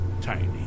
Tiny